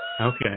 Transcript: Okay